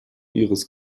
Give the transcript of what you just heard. ihres